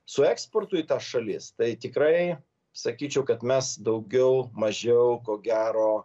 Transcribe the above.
su eksportu į tas šalis tai tikrai sakyčiau kad mes daugiau mažiau ko gero